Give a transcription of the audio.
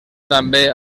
també